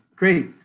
Great